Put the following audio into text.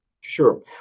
Sure